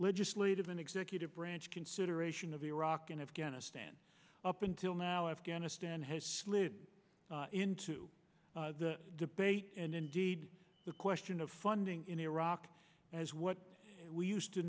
legislative and executive branch consideration of iraq and afghanistan up until now afghanistan has slid into the debate and indeed the question of funding in iraq as what we used to